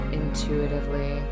intuitively